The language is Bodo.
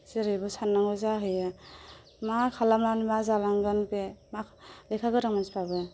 जेरैबो साननांगौ जाहैयो मा खालामनानै मा जालांगोन बे मा लेखा गोरों मानसिफ्राबो